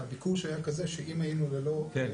שהביקוש היה כזה שאם היינו ללא --- כן,